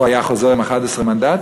הוא היה חוזר עם 11 מנדטים?